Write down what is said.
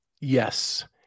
Yes